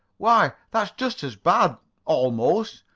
why, that's just as bad almost.